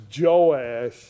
Joash